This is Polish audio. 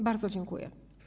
Bardzo dziękuję.